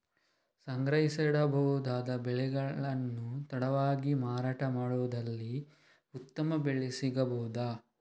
ಸಂಗ್ರಹಿಸಿಡಬಹುದಾದ ಬೆಳೆಗಳನ್ನು ತಡವಾಗಿ ಮಾರಾಟ ಮಾಡುವುದಾದಲ್ಲಿ ಉತ್ತಮ ಬೆಲೆ ಸಿಗಬಹುದಾ?